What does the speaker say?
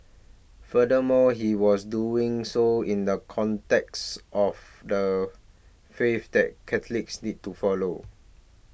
furthermore he was doing so in the context of the faith that Catholics need to follow